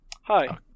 Hi